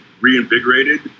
reinvigorated